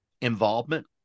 involvement